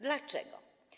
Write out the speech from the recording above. Dlaczego?